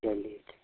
चलिए ठीक